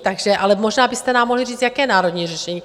Takže ale možná byste nám mohli říct, jaké národní řešení.